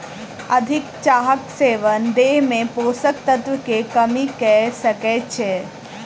अधिक चाहक सेवन देह में पोषक तत्व के कमी कय सकै छै